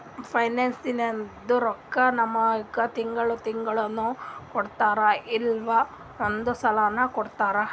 ಪೆನ್ಷನ್ದು ರೊಕ್ಕಾ ನಮ್ಮುಗ್ ತಿಂಗಳಾ ತಿಂಗಳನೂ ಕೊಡ್ತಾರ್ ಇಲ್ಲಾ ಒಂದೇ ಸಲಾನೂ ಕೊಡ್ತಾರ್